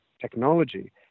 technology